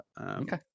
Okay